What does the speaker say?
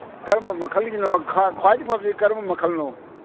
ꯀꯔꯝꯕ ꯃꯈꯜꯒꯤꯅꯣ ꯈ꯭ꯋꯥꯏꯗꯒꯤ ꯐꯖꯕꯁꯦ ꯀꯔꯝꯕ ꯃꯈꯜꯅꯣ